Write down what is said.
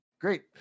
Great